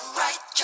right